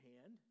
hand